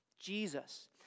Jesus